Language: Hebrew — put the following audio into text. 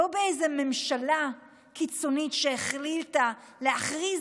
לא באיזה ממשלה קיצונית שהחליטה להכריז